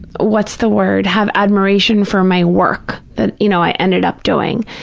what's the word, have admiration for my work that, you know, i ended up doing,